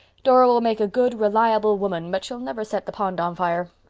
dora will make a good, reliable woman but she'll never set the pond on fire.